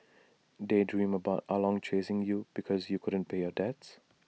daydream about ah long chasing you because you couldn't pay your debts